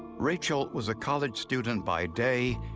rachel was a college student by day.